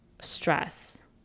stress